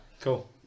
Cool